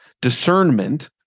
discernment